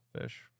fish